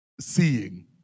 seeing